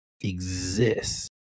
exists